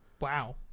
Wow